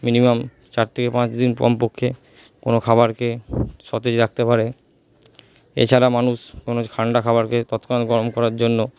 minimum চার থেকে পাঁচ দিন কমপক্ষে কোনো খাবারকে সতেজ রাখতে পারে এছাড়া মানুষ কোনো ঠান্ডা খাবারকে তৎক্ষণাৎ গরম করার জন্য